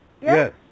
Yes